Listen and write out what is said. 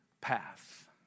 path